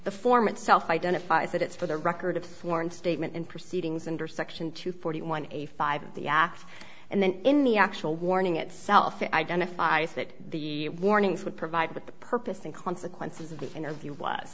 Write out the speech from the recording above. the form itself identifies that it's for the record of sworn statement and proceedings and or section two forty one eighty five of the act and then in the actual warning itself it identifies that the warnings would provide with the purpose and consequences of the interview was